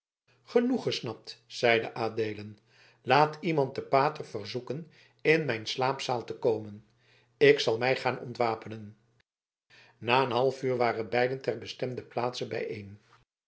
genoeg gesnapt zeide adeelen laat iemand den pater verzoeken in mijn slaapzaal te komen ik zal mij gaan ontwapenen na een half uur waren beiden ter bestemde plaatse bijeen